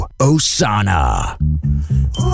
Osana